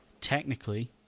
technically